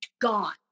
gone